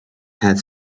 had